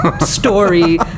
story